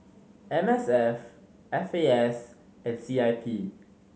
M S F F A S and C I P